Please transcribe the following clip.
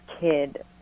kid